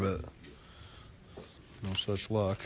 but no such luck